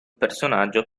personaggio